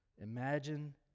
imagine